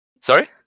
sorry